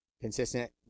Consistent